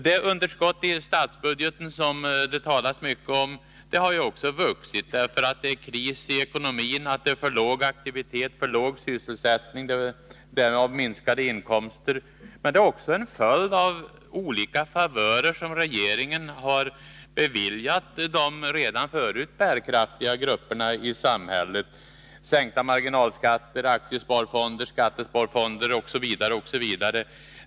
Det underskott i statsbudgeten som det talas mycket om har vuxit därför att det är kris i ekonomin, för låg aktivitet och för låg sysselsättning, med minskade inkomster som följd. Men det är också en följd av olika favörer som regeringen har beviljat de redan förut bärkraftiga grupperna i samhället: sänkta marginalskatter, aktiesparfonder, skattesparfonder osv.